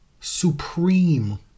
supreme